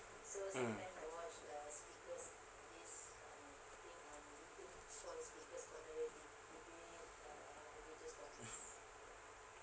mm mm mm